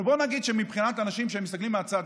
אבל בואו נגיד שככה זה מבחינת אנשים שמסתכלים מהצד,